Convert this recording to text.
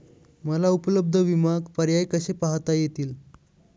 मला उपलब्ध विमा पर्याय कसे पाहता येतील?